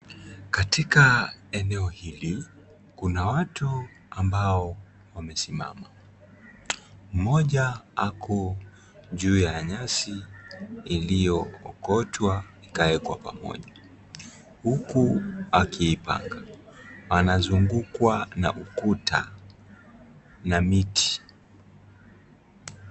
Katika eneo hili, kuna watu ambao wamesimama, mmoja ako juu ya nyasi iliyookotwa ikawekwa pamoja huku akiipanga, anazungukwa na ukuta na miti.